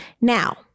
now